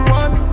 one